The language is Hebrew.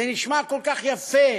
זה נשמע כל כך יפה,